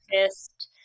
fist